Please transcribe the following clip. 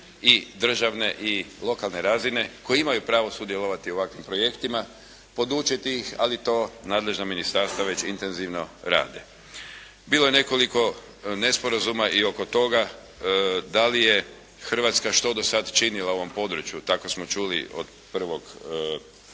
i državne i lokalne razine koji imaju pravo sudjelovati u ovakvim projektima, podučiti ih ali to nadležna ministarstva već intenzivno rade. Bilo je nekoliko nesporazuma i oko toga da li je Hrvatska što do sada činila u ovom području, tako smo čuli od prvog